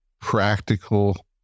practical